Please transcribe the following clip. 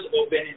open